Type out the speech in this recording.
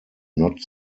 not